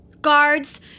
Guards